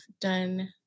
done